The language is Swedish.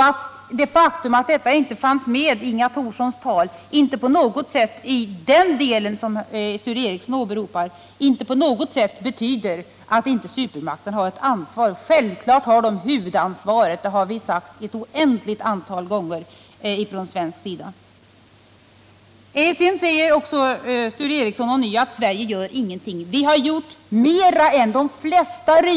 Att detta inte fanns med i den delen av Inga Thorssons tal som Sture Ericson här åberopade betyder inte att supermakten inte har ett ansvar. Självklart har den huvudansvaret. Det har vi sagt oändligt många gånger från svensk sida. Vidare sade Sture Ericson att Sverige inte gör någonting, men i den här frågan har vi gjort mer än de flesta andra